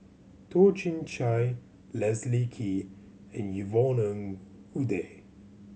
Toh Chin Chye Leslie Kee and Yvonne Ng Uhde